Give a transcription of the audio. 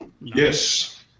Yes